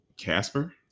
Casper